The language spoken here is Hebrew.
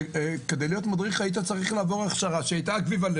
כדי להיות מדריך היית צריך לעבור הכשרה אקוויוולנטית